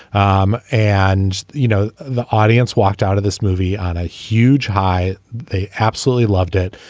um and you know the audience walked out of this movie on a huge high. they absolutely loved it.